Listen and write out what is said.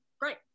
great